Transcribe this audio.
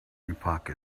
epoch